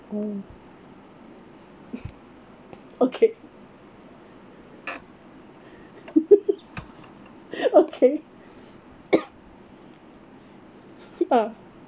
oh okay okay ah